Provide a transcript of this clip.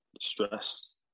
stress